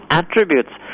attributes